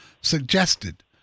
Suggested